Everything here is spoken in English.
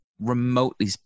remotely